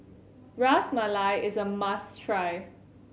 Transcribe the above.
Ras Malai is a must try